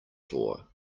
floor